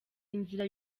inzira